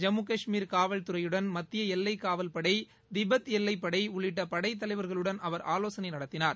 ஜம்மு கஷ்மீர் காவல்துறையுடன் மத்தியஎல்லைக் காவல்படை திபெத் எல்லைப்படைஉள்ளிட்டபடைத் தலைவர்களுடன் அவர் ஆவோசனைநடத்தினார்